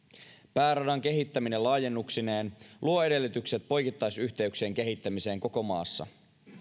pääradan kehittäminen laajennuksineen luo edellytykset poikittaisyhteyksien kehittämiseen koko maassa